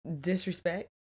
disrespect